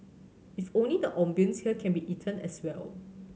if only the ambience here can be eaten as well